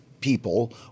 people